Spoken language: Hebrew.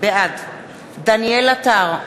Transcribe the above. בעד דניאל עטר,